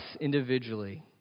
individually